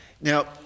Now